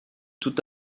tout